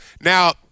Now